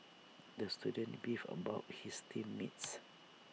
the student beefed about his team mates